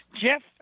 Jeff